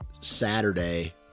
Saturday